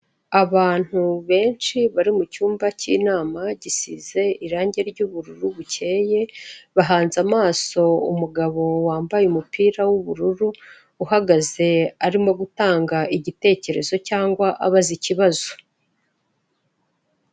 Abantu benshi bari mucyumba cy'inama gisize irangi ry'ubururu bukeye bahanze amaso umugabo wambaye umupira w'ubururu uhagaze arimo gutanga igitekerezo cyangwa abaza ikibazo.